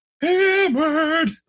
hammered